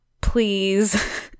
please